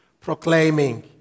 proclaiming